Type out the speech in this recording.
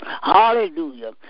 Hallelujah